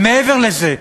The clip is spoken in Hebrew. ומעבר לזה,